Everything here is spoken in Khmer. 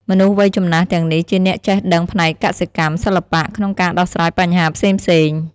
មនុស្សវ័យចំណាស់ទាំងនេះជាអ្នកចេះដឹងផ្នែកកសិកម្ម សិល្បៈ ក្នុងការដោះស្រាយបញ្ហាផ្សេងៗ។